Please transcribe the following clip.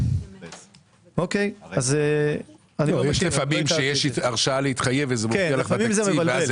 יש לפעמים הרשאה להתחייב וזה מופיע בתקציב וזה